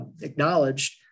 acknowledged